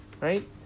Right